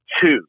two